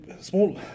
small